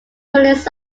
pulls